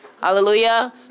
Hallelujah